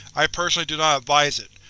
i personally do not advise it,